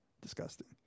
disgusting